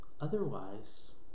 Otherwise